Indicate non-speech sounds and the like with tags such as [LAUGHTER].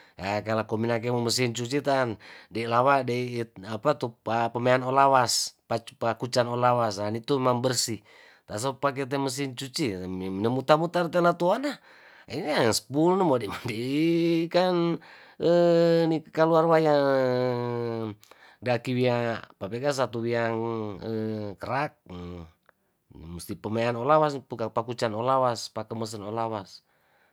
Haa kala kominang ko mesin cuci taan di lawa dei it apa tu pamean olawas pa pakucan olawas nitu' mambersih taso pake te mesin cuci nee nemuter muter telatuana ena spul nomode deii kan [HESITATION] kaluar waya dakiwea papeka satu wiyang [HESITATION] krak ne musti pewean olawas peka pakucan olawas pake mesin olawas.